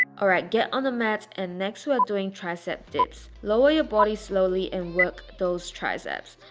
alright get on the mat and next we are doing tricep dips. lower your body slowly and work those triceps.